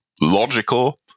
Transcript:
logical